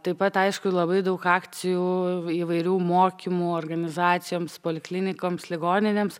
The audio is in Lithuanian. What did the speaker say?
taip pat aišku labai daug akcijų įvairių mokymų organizacijoms poliklinikoms ligoninėms